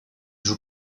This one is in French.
joue